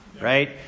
right